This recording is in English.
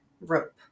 rope